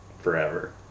forever